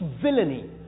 villainy